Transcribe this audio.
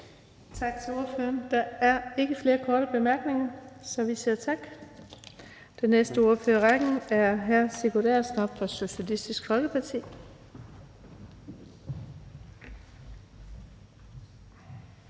Tak til ordføreren. Der er ikke flere korte bemærkninger, så vi siger tak. Den næste spørger i rækken er hr. Sigurd Agersnap fra Socialistisk Folkeparti.